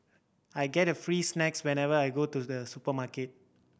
I get free snacks whenever I go to the supermarket